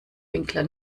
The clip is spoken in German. winkler